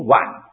one